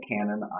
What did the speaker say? canon